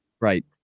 Right